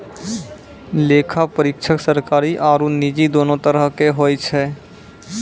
लेखा परीक्षक सरकारी आरु निजी दोनो तरहो के होय छै